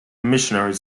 missionary